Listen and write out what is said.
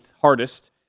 hardest